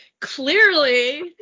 Clearly